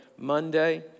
Monday